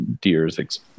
deer's